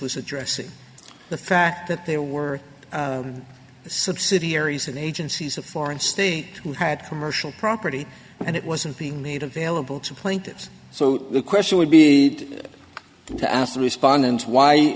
was addressing the fact that they were subsidiaries and agencies of foreign state who had commercial property and it wasn't being made available to plaintiffs so the question would be to ask the respondent why